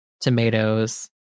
tomatoes